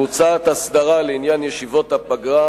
מוצעת הסדרה לעניין ישיבות הפגרה,